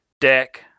Deck